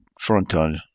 frontal